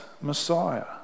Messiah